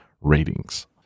ratings